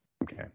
Okay